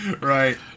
Right